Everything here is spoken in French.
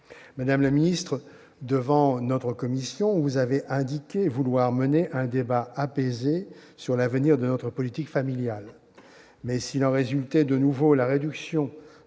Madame la ministre, devant notre commission, vous avez indiqué vouloir mener un débat « apaisé » sur l'avenir de notre politique familiale. Mais s'il en résultait de nouveau la réduction